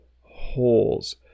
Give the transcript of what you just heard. holes